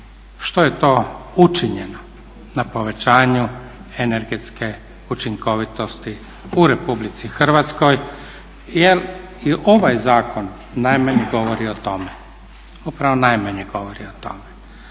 što je to učinjeno na povećanju energetske učinkovitosti u RH jel i ovaj zakon najmanje govori o tome, upravo najmanje govori o tome,